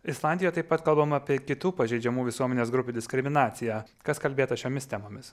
islandijoj taip pat kalbam apie kitų pažeidžiamų visuomenės grupių diskriminaciją kas kalbėta šiomis temomis